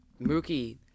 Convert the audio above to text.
Mookie